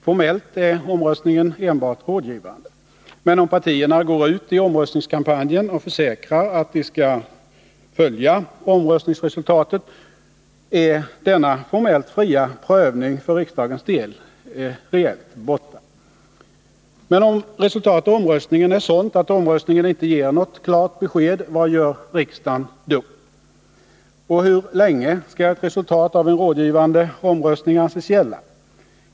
Formellt är omröstningen enbart rådgivande. Men om partierna går ut i omröstningskampanjen och försäkrar att de skall följa omröstningsresultatet så är denna formellt fria prövning för riksdagens del reellt borta. Om resultatet av omröstningen är sådant att omröstningen inte ger något klart besked — vad gör riksdagen då? Och hur länge skall ett resultat aven Nr 27 rådgivande omröstning anses gälla?